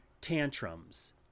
tantrums